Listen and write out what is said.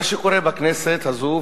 מה שקורה בכנסת הזאת,